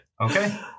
Okay